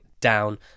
down